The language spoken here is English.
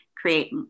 create